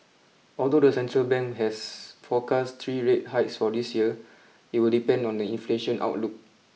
although the central bank has forecast three rate hikes for this year it will depend on the inflation outlook